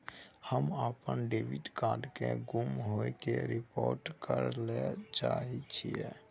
हम अपन debit card के गुम होय के रिपोर्ट करय ले चाहय छियै